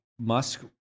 Musk